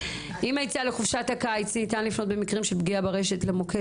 "עם היציאה לחופשת הקיץ ניתן לפנות במקרים של פגיעה ברשת למוקד